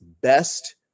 best